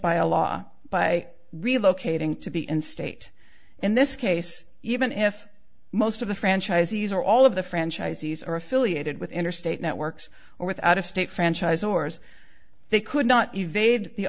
by a law by relocating to be in state in this case even if most of the franchisees or all of the franchisees are affiliated with interstate networks or with out of state franchise ors they could not evade the